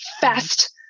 Fast